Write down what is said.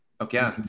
okay